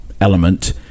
element